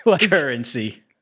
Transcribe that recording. Currency